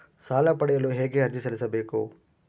ಸಾಲ ಪಡೆಯಲು ಹೇಗೆ ಅರ್ಜಿ ಸಲ್ಲಿಸಬೇಕು?